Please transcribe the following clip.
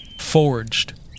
forged